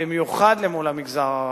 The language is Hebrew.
במיוחד למול המגזר הערבי,